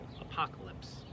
apocalypse